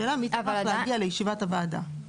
השאלה מי צריך להגיע לישיבת הוועדה.